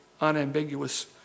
unambiguous